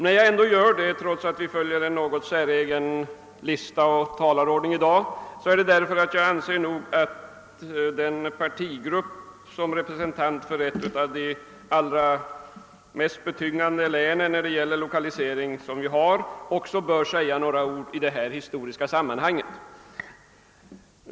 När jag ändå gör det — trots att vi i dag följer en något säregen lista och talarordning — är anledningen den att jag anser att en representant för ett av de allra mest betyngda länen när det gäller lokalisering också bör säga några ord i detta historiska sammanhang.